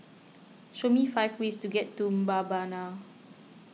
show me five ways to get to Mbabana